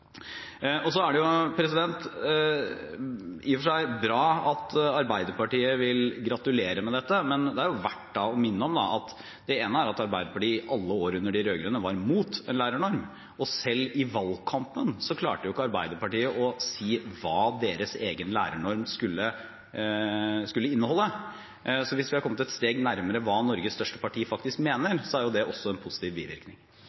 men det er verdt å minne om at Arbeiderpartiet i alle år under de rød-grønne var imot en lærernorm, og selv i valgkampen klarte ikke Arbeiderpartiet å si hva deres egen lærernorm skulle inneholde. Så hvis vi har kommet et steg nærmere hva Norges største parti faktisk mener, er jo det også en positiv bivirkning.